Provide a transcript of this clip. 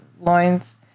loins